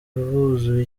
buzuye